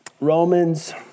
Romans